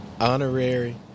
honorary